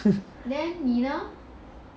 then 你呢